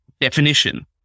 definition